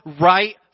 right